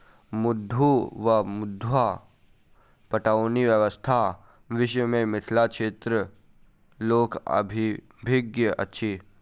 मद्दु वा मद्दा पटौनी व्यवस्थाक विषय मे मिथिला क्षेत्रक लोक अनभिज्ञ अछि